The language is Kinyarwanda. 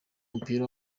w’umupira